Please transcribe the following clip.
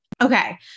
Okay